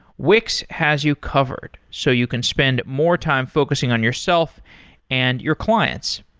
wix has you covered, so you can spend more time focusing on yourself and your clients.